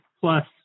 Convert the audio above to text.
plus